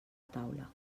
taula